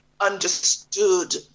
understood